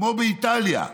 כמו באיטליה.